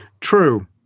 True